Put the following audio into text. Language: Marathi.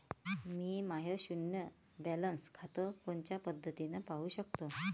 मी माय शुन्य बॅलन्स खातं कोनच्या पद्धतीनं पाहू शकतो?